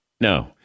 No